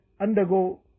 undergo